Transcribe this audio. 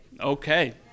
Okay